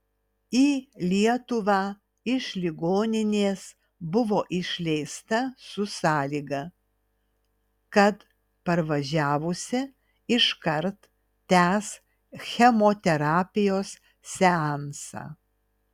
į lietuvą iš ligoninės buvo išleista su sąlyga kad parvažiavusi iškart tęs chemoterapijos seansą